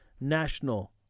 national